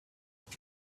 them